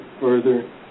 further